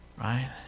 right